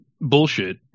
bullshit